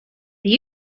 are